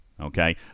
Okay